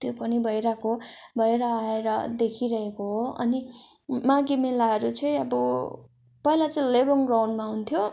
त्यो पनि भइरहेको भएर आएर देखिरहेको हो अनि माघे मेलाहरू चाहिँ अब पहिला चाहिँ लेबोङ ग्राउन्डमा हुन्थ्यो